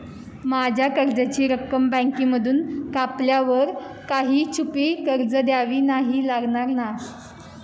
माझ्या कर्जाची रक्कम बँकेमधून कापल्यावर काही छुपे खर्च द्यावे नाही लागणार ना?